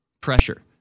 pressure